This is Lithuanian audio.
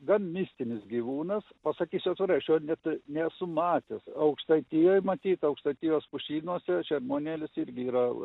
gan mistinis gyvūnas pasakysiu atvirai aš jo net e nesu matęs aukštaitijoj matyt aukštaitijos pušynuose šermuonėlis irgi yra